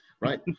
Right